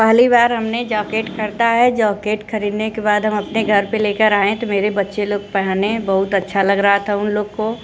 पहली बार हमने जॉकेट ख़रीदा है जॉकेट खरीदने के बाद हम अपने घर पे लेकर आएँ तो मेरे बच्चे लोग पहने बहुत अच्छा लग रहा था उन लोग को